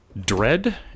Dread